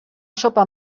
sopa